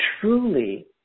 truly